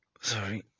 sorry